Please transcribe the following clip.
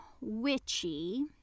witchy